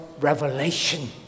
revelation